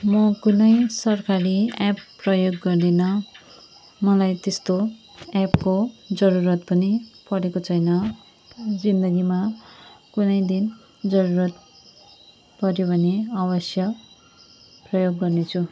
म कुनै सरकारी एप प्रयोग गर्दिनँ मलाई त्यस्तो एपको जरुरत पनि परेको छैन जिन्दगीमा कुनै दिन जरुरत पर्यो भने अवश्य प्रयोग गर्ने छु